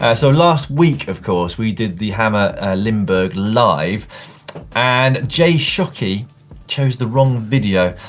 ah so last week of course, we did the hammer limburg live and jay shockey chose the wrong video.